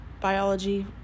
biology